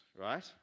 right